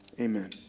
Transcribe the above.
amen